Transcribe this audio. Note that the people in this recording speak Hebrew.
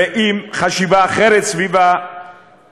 ועם חשיבה אחרת סביב הקצבאות,